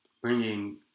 bringing